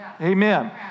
Amen